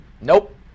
Nope